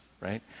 right